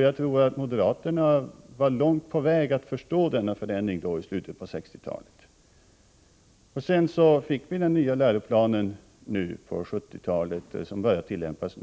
Jag tror att moderaterna i slutet på 1960-talet var långt på väg att förstå denna förändring. Vi fick en ny läroplan — den som nu har börjat tillämpas.